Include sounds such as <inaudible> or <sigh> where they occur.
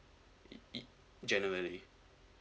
<noise> generally